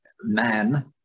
man